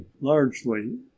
largely